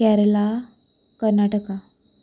Kerala Karnataka